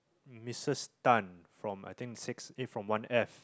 Missus Tan from I think six E from one F